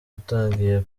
utangiye